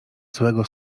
złego